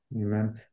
Amen